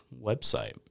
website